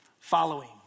following